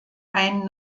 einen